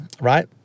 right